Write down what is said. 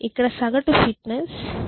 ఇక్కడ సగటు ఫిట్నెస్ 293